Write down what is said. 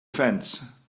fence